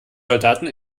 soldaten